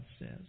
says